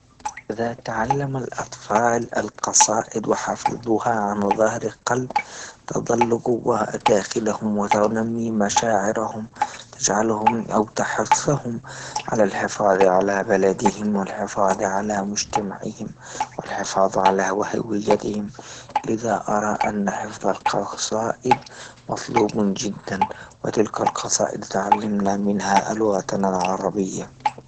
إذا تعلم لأطفال القصائد وحفظوها على ظهر قلب تضل قوا داخلهم وتنمي مشاعرهم تجعلهم أو تحثهم على الحفاظ على بلدهم والحفاظ على مجتمعهم والحفاظ على هويتهم لذا أرى أن حفظ القرصائد مطلوب جدا وتلك القصائد تعلمنا منها اللغتنا العربية.